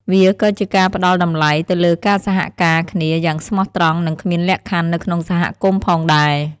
វាក៏ជាការផ្តល់តម្លៃទៅលើការសហការគ្នាយ៉ាងស្មោះត្រង់និងគ្មានលក្ខខណ្ឌនៅក្នុងសហគមន៍ផងដែរ។